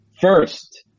First